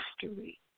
history